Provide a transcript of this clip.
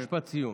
משפט סיום,